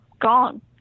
gone